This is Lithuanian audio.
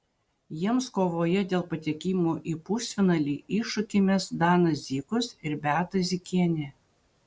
jiems kovoje dėl patekimo į pusfinalį iššūkį mes danas zykus ir beata zykienė